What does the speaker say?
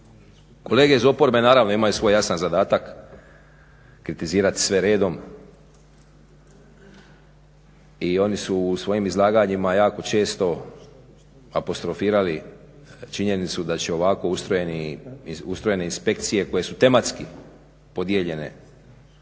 Kolege iz oporbe naravno imaju svoj jasan zadatak kritizirat sve redom i oni su u svojim izlaganjima jako često apostrofirali činjenicu da će ovako ustrojene inspekcije koje su tematski podijeljene